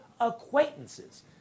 acquaintances